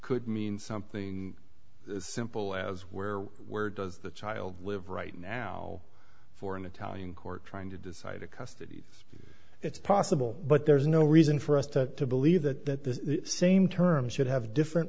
could mean something as simple as where where does the child live right now for an italian court trying to decide a custody case it's possible but there's no reason for us to believe that the same terms should have different